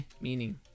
meaning